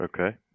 okay